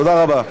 תודה רבה.